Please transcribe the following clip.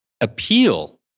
appeal